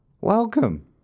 welcome